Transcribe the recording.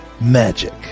Magic